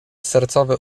sercowe